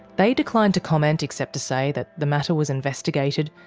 they declined to comment except to say that the matter was investigated,